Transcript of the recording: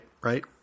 right